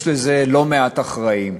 יש לזה לא מעט אחראים,